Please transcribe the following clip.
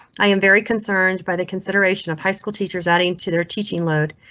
i am very concerned by the consideration of high school teachers adding to their teaching load.